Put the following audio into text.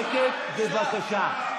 שקט, בבקשה.